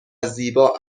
زیبا